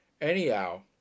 Anyhow